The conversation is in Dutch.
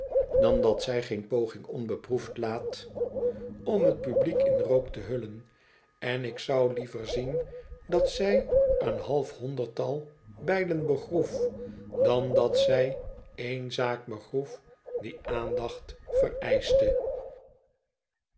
dan dat zij geen een keiziger die geen handel drijft pogingen onbeproefd laat om t publiek in rook te hullen en ik zou liever zien dat zij een half honderdtal bijlen begroef dan dat zij één zaak begroef die aandacht vereischte